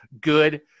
good